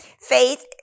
Faith